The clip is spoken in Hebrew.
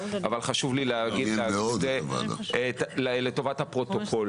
אבל חשוב לי להגיד זה לטובת הפרוטוקול.